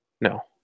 No